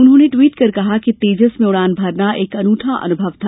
उन्होंने ट्वीट कर कहा कि तेजस में उड़ान भरना एक अनूठा अनुभव था